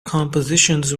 compositions